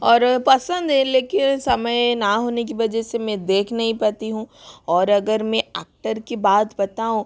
और पसंद है लेकिन समय ना होने की वजह से मैं देख नहीं पाती हूँ और अगर में आक्टर की बात बताऊँ